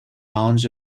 mounds